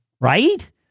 Right